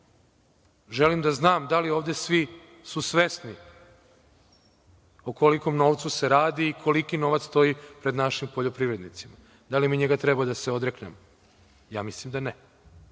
želim da znam da li su ovde svi svesni o kolikom novcu se radi i koliki novac stoji pred našim poljoprivrednicima. Da li mi njega treba da se odreknemo? Ja mislim da